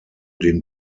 den